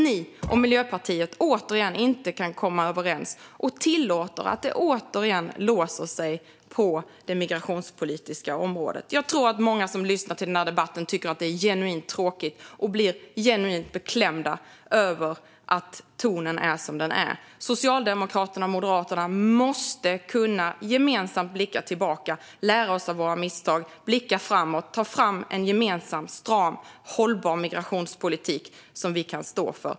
Ni och Miljöpartiet kan återigen inte komma överens utan tillåter återigen att det låser sig på det migrationspolitiska området. Jag tror att många som lyssnar till debatten tycker att detta är genuint tråkigt och blir genuint beklämda över att tonen är som den är. Socialdemokraterna och Moderaterna måste kunna blicka tillbaka gemensamt och lära oss av våra misstag, men också blicka framåt och ta fram en gemensam stram och hållbar migrationspolitik som vi kan stå för.